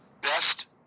best